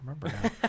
remember